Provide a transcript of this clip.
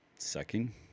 Sucking